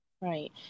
Right